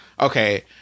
Okay